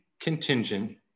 contingent